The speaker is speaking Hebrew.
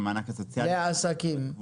המענק הסוציאלי ו --- והעסקים?